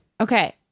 okay